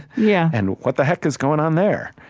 yeah and what the heck is going on there?